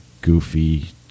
goofy